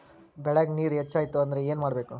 ಬೆಳೇಗ್ ನೇರ ಹೆಚ್ಚಾಯ್ತು ಅಂದ್ರೆ ಏನು ಮಾಡಬೇಕು?